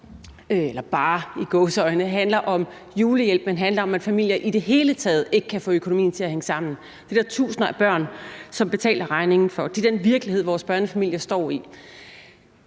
ikke bare – i gåseøjne – handler om julehjælp, men handler om, at familier i det hele taget ikke kan få økonomien til at hænge sammen. Det er der tusinder af børn som betaler regningen for. Det er den virkelighed, vores børnefamilier står i.